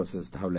buses धावल्या